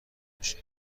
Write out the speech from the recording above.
میشه